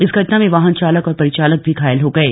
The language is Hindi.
इस घटना में वाहन चालक और परिचालक भी घायल हो गये